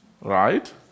Right